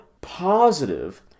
positive